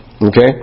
Okay